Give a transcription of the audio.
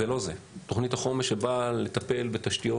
זה לא זה תוכנית החומש שבאה לטפל בתשתיות,